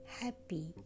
happy